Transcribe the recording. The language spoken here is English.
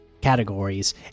categories